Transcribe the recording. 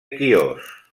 quios